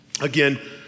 Again